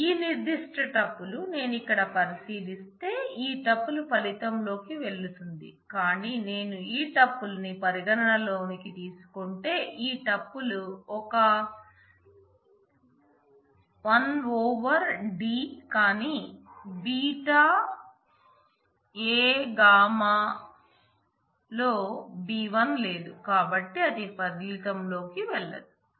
ఈ నిర్దిష్ట టూపుల్ నేను ఇక్కడ పరిశీలిస్తే ఈ టూపుల్ ఫలితం లోకి వెళుతుంది కానీ నేను ఈ టూపుల్ ను పరిగణనలోకి తీసుకుంటే ఈ టూపుల్ ఒక 1 ఓవర్ d కానీ β a γ లో b 1 లేదు కాబట్టి అది ఫలితం లోకి వెళ్ళదు